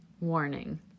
Warning